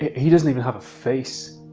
he doesn't even have a face,